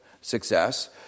success